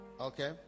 Okay